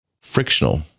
frictional